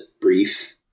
brief